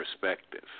perspective